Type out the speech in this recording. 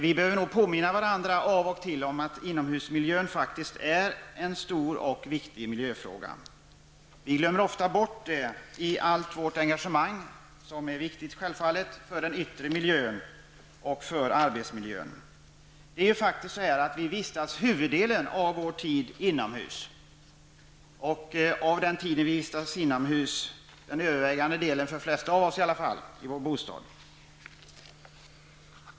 Vi behöver påminna varandra av och till om att inomhusmiljön faktiskt är en stor och viktig miljöfråga. Vi glömmer ofta bort det i allt vårt engagemang, som självfallet är viktigt, för den yttre miljön och för arbetsmiljön. Vi människor vistas faktiskt till största delen inomhus, och av den tid som människor vistas inomhus vistas de flesta till övervägande delen i sin bostad.